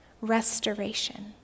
restoration